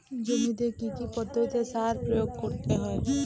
জমিতে কী কী পদ্ধতিতে সার প্রয়োগ করতে হয়?